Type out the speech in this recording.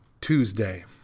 Tuesday